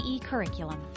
curriculum